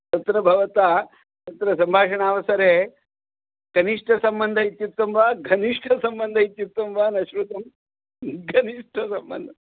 तत्र भवता तत्र सम्भाषणावसरे कनिष्ठसम्बन्धः इत्युक्तं वा घनिष्ठसम्बन्धः इत्युक्तं वा इति न श्रुतं घनिष्ठसम्बन्धः